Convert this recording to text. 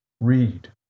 read